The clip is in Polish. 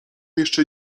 jeszcze